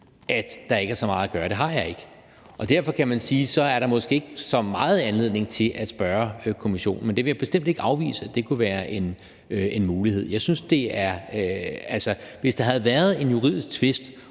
at der ikke er så meget at gøre. Det har jeg ikke. Derfor kan man sige, at der måske ikke er så meget anledning til at spørge Kommissionen, men jeg vil bestemt ikke afvise, at det kunne være en mulighed. Jeg synes, det var noget andet, hvis der havde været en juridisk tvist